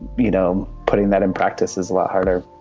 you know, putting that in practice is a lot harder